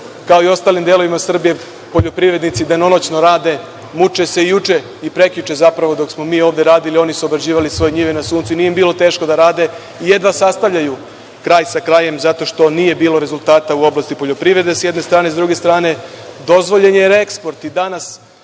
kao i u ostalim delovima Srbije, poljoprivrednici danonoćno rade, muče se i juče i prekjuče zapravo dok smo mi ovde radili oni su obrađivali svoje njive na suncu nije im bilo teško da rade i jedva sastavljaju kraj sa krajem, zato što nije bilo rezultata u oblasti poljoprivrede, s jedne strane.S druge strane dozvoljen je reeksport i danas